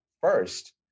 first